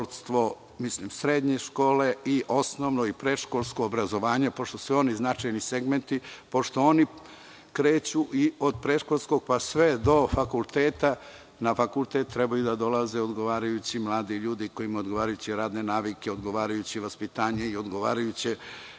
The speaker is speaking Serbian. srednje škole i osnovno i predškolsko obrazovanje, pošto su i oni značajni segmenti, pošto oni kreću od predškolskog pa sve do fakulteta. Na fakultet trebaju da dolaze odgovarajući mladi ljudi koji imaju odgovarajuće radne navike, odgovarajuće vaspitanje i odgovarajuće